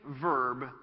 verb